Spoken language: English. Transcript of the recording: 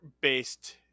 based